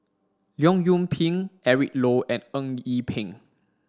Leong Yoon Pin Eric Low and Eng Yee Peng